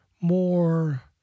more